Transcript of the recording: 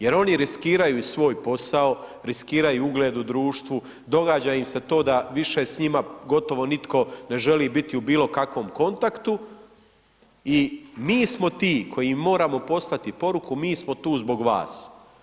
Jer oni riskiraju svoj posao, riskiraju ugled u društvu, događa im se to da više s njima, gotovo nitko ne želi biti u bilo kakvom kontaktu i mi smo ti koji moramo poslati poruku, mi smo tu zbog vas.